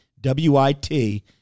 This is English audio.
W-I-T